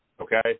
Okay